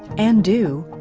and do,